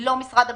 לא משרד המשפטים,